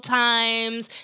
times